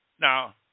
Now